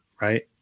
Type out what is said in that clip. right